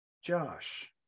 josh